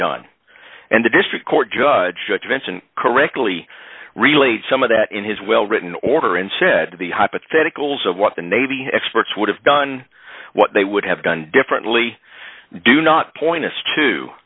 done and the district court judge vinson correctly relayed some of that in his well written order and said to the hypotheticals of what the navy experts would have done what they would have done differently do not point us to